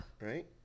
Right